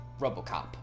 Robocop